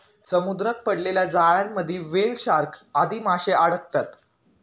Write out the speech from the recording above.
समुद्रात पडलेल्या जाळ्यांमध्ये व्हेल, शार्क आदी माशे अडकतात